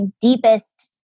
deepest